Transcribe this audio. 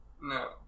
No